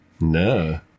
No